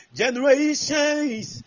generations